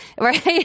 right